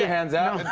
ah hands out.